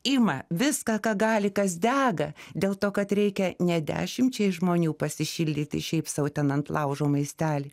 ima viską ką gali kas dega dėl to kad reikia ne dešimčiai žmonių pasišildyti šiaip sau ten ant laužo maistelį